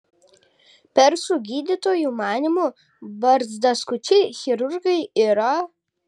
persų gydytojų manymu barzdaskučiai chirurgai yra